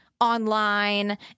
online